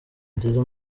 nziza